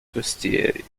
costieri